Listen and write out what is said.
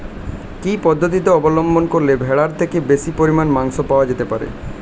কি পদ্ধতিতে অবলম্বন করলে ভেড়ার থেকে বেশি পরিমাণে মাংস পাওয়া যেতে পারে?